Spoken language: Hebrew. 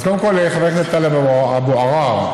אז קודם כול, חבר הכנסת טלב אבו עראר,